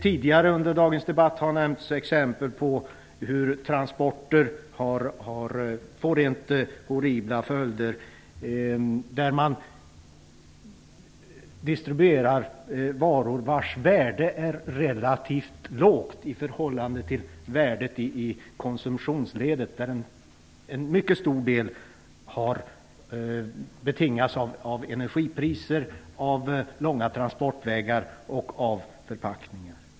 Tidigare under dagens debatt har det nämnts exempel på att transporter kan få rent horribla följder. Man distribuerar varor vars värden är relativt låga i förhållande till värdena i konsumtionsledet. En mycket stor del av kostnaderna betingas av energipriser, långa transportvägar och förpackningar.